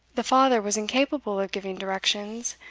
the father was incapable of giving directions,